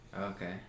Okay